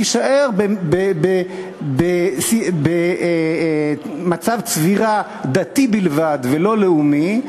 תישאר במצב צבירה דתי בלבד ולא לאומי,